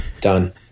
done